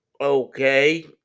Okay